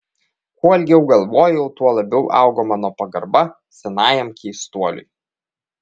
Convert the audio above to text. kuo ilgiau galvojau tuo labiau augo mano pagarba senajam keistuoliui